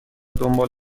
دنبال